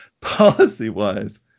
policy-wise